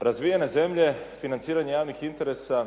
Razvijene zemlje financiranje javnih interesa